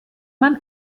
man